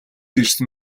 ирсэн